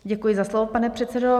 Děkuji za slovo, pane předsedo.